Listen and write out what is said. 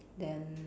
then